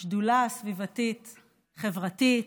השדולה הסביבתית-חברתית,